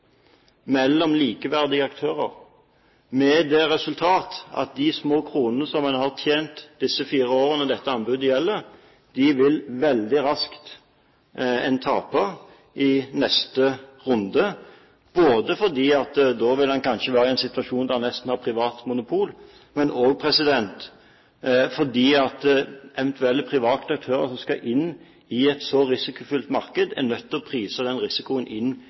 mellom likeverdige aktører, og med det resultat at de små kronene som en har tjent disse fire årene dette anbudet gjelder, vil en veldig raskt tape i neste runde, både fordi en da kanskje vil være i en situasjon da en nesten har privat monopol, og også fordi eventuelle private aktører som skal inn i et så risikofylt marked, er nødt til å prise den risikoen inn